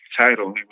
Title